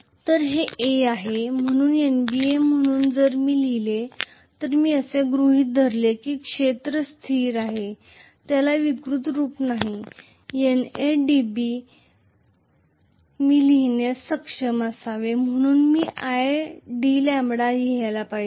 तर हे A आहे म्हणून NBA म्हणून जर मी लिहिले तर मी असे गृहीत धरले की क्षेत्र स्थिर आहे त्याला विकृत रूप नाही NAdB मी हे लिहिण्यास सक्षम असावे म्हणून मी हा idλ लिहायला पाहिजे